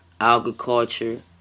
Agriculture